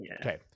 okay